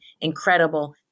incredible